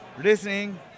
listening